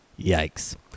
Yikes